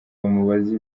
bamubaze